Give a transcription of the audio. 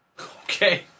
Okay